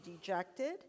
dejected